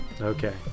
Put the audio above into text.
Okay